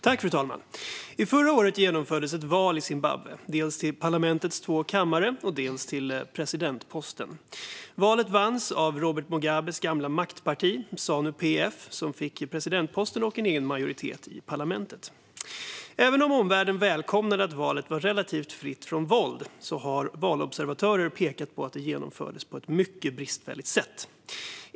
Fru talman! Förra året genomfördes ett val i Zimbabwe, dels till parlamentets två kamrar, dels till presidentposten. Valet vanns av Robert Mugabes gamla maktparti Zanu-PF, som fick presidentposten och en egen majoritet i parlamentet. Även om omvärlden välkomnade att valet var relativt fritt från våld har valobservatörer pekat på att det genomfördes på ett mycket bristfälligt sätt.